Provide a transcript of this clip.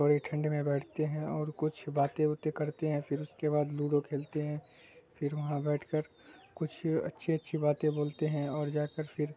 تھوڑی ٹھنڈ میں بیٹھتے ہیں اور کچھ باتیں وتے کرتے ہیں پھر اس کے بعد لوڈو کھیلتے ہیں پھر وہاں بیٹھ کر کچھ اچھی اچھی باتیں بولتے ہیں اور جا کر پھر